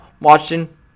watching